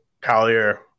Collier